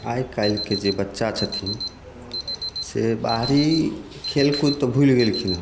आइ काल्हिके जे बच्चा छथिन से बाहरी खेल कूद तऽ भूलि गेलखिन